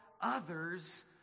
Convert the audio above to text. others